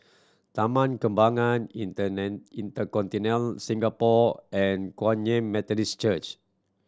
Taman Kembangan InterContinental Singapore and Kum Yan Methodist Church